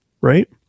right